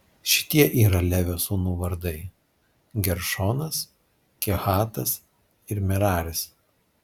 šitie yra levio sūnų vardai geršonas kehatas ir meraris